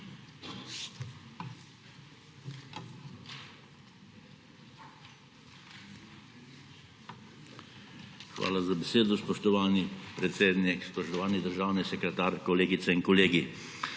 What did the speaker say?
Hvala za besedo, spoštovani predsednik. Spoštovani državni sekretar, kolegice in kolegi!